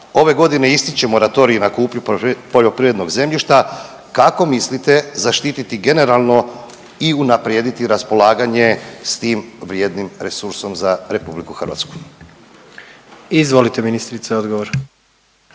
ove godine ističe moratorij na kupnju poljoprivrednog zemljišta, kako mislite zaštiti generalno i unaprijediti raspolaganje s tim vrijednim resursom za RH? **Jandroković, Gordan (HDZ)** Izvolite ministrice odgovor.